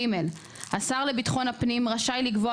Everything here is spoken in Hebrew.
(ג)השר לביטחון הפנים רשאי לקבוע